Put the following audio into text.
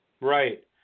Right